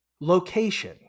location